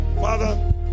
father